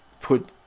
put